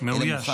אלא מוכן,